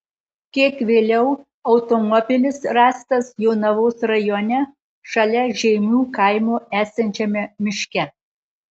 kiek vėliau automobilis rastas jonavos rajone šalia žeimių kaimo esančiame miške